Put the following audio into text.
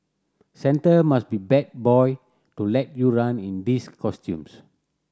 Santa must be bad boy to let you run in these costumes